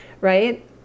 right